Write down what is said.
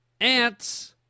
ants